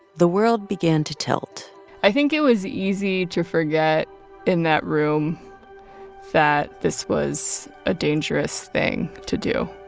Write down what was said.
the world began to tilt i think it was easy to forget in that room that this was a dangerous thing to do.